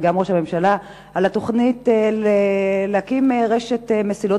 וגם ראש הממשלה על התוכנית להקים רשת מסילות